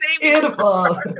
Beautiful